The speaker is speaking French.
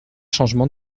changement